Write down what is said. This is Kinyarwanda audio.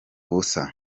busa